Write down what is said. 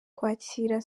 kwakira